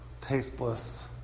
tasteless